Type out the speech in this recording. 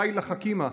די לחכימא.